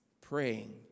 praying